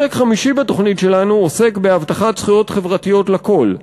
הפרק החמישי בתוכנית שלנו עוסק בהבטחת זכויות חברתיות לכול.